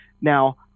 Now